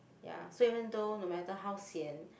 ya so even though no matter how sian